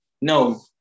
no